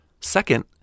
Second